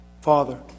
Father